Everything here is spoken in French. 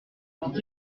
étaient